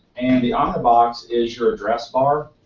and the omnibox is your dress bar